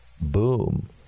Boom